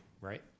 right